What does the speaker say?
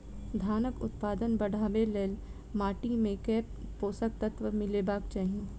धानक उत्पादन बढ़ाबै लेल माटि मे केँ पोसक तत्व मिलेबाक चाहि?